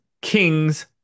Kings